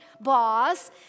boss